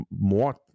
more